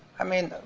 i mean,